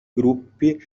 gruppi